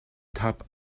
top